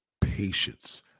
patience